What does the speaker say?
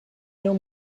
know